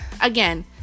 again